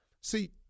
See